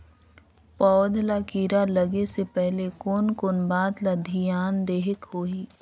पौध ला कीरा लगे से पहले कोन कोन बात ला धियान देहेक होही?